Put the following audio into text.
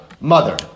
mother